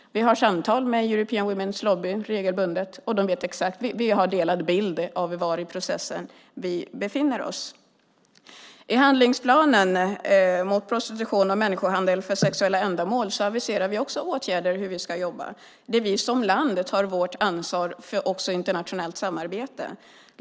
Vi har regelbundet samtal med European Women's Lobby. Vi har delad bild av var i processen vi befinner oss. I handlingsplanen mot prostitution och människohandel för sexuella ändamål aviserar vi också åtgärder och hur vi ska jobba. Vi tar som land också vårt ansvar för internationellt samarbete.